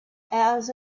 hours